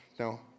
No